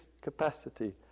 capacity